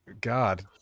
God